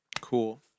cool